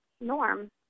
norm